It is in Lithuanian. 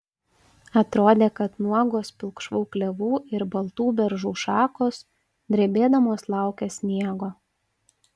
atrodė kad nuogos pilkšvų klevų ir baltų beržų šakos drebėdamos laukia sniego